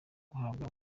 guhabwa